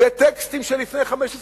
זה טקסטים של לפני 15 שנה.